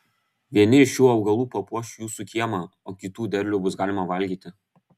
vieni iš šių augalų papuoš jūsų kiemą o kitų derlių bus galima valgyti